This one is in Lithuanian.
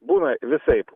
būna visaip